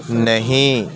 نہیں